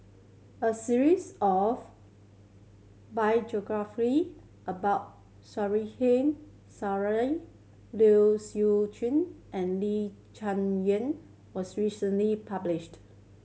a series of geography about Liu Siu Chiu and Lee Cheng Yan was recently published